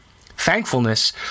Thankfulness